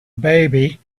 baby